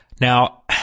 Now